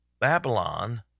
Babylon